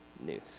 news